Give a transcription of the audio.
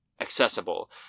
accessible